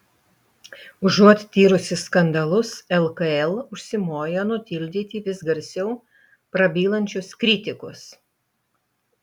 užuot tyrusi skandalus lkl užsimojo nutildyti vis garsiau prabylančius kritikus